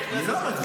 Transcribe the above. אני לא יורד מפה.